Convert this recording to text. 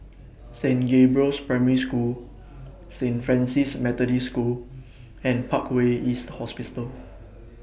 Saint Gabriel's Primary School Saint Francis Methodist School and Parkway East